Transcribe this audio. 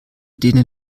denen